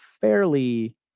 fairly